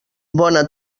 bona